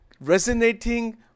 resonating